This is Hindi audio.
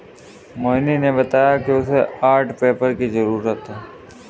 मोहिनी ने बताया कि उसे आर्ट पेपर की जरूरत है